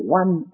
one